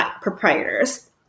proprietors